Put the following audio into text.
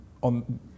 on